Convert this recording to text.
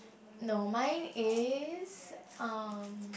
no mine is um